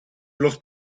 los